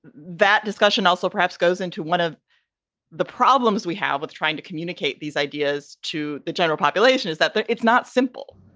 that discussion also perhaps goes into one of the problems we have with trying to communicate these ideas to the general population is that it's not simple.